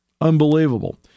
Unbelievable